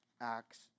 Acts